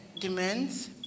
demands